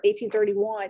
1831